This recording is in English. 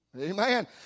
Amen